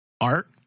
art